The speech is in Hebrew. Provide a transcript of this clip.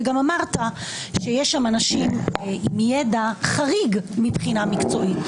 וגם אמרת שיש שם אנשים עם ידע חריג מבחינה מקצועית.